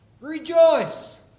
Rejoice